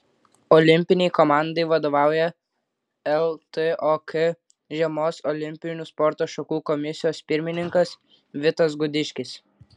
olimpinei komandai vadovauja ltok žiemos olimpinių sporto šakų komisijos pirmininkas vitas gudiškis